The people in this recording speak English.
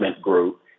group